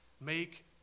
make